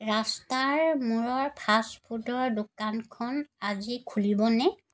ৰাস্তাৰ মূৰৰ ফাষ্টফুডৰ দোকানখন আজি খুলিবনে